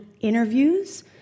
interviews